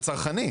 בצרכני.